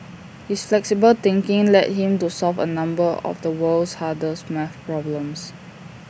his flexible thinking led him to solve A number of the world's hardest math problems